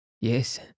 Yes